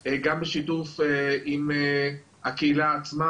גם בשיתוף עם הקהילה עצמה,